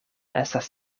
estas